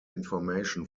information